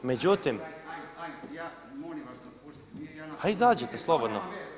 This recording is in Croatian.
Međutim … [[Upadica se ne razumije.]] Izađite slobodno.